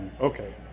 okay